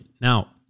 Now